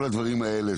כל הדברים האלה,